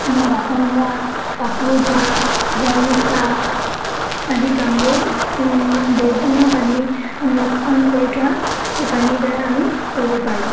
আমি বাচন ধোৱা কাপোৰ ধোৱা ঘৰ মোচা আদি কামবোৰ বৰষুণৰ পানী সংৰক্ষণ কৰি থোৱা সেই পানীৰ দ্ৱাৰা আমি কৰিব পাৰোঁ